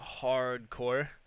hardcore